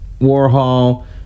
Warhol